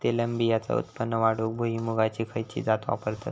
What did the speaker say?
तेलबियांचा उत्पन्न वाढवूक भुईमूगाची खयची जात वापरतत?